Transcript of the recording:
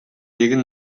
нэгэн